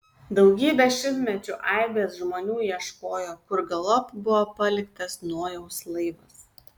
daugybę šimtmečių aibės žmonių ieškojo kur galop buvo paliktas nojaus laivas